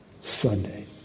Sunday